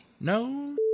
No